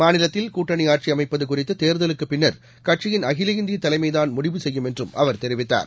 மாநிலத்தில் கூட்டணி ஆட்சி அமைப்பது குறித்து தேர்தலுக்குப்பின்னர் கட்சியின் அகில இந்திய தலைமைதான் முடிவு செய்யும் என்றும் அவர் தெரிவித்தார்